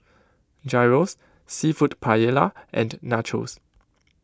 Gyros Seafood Paella and Nachos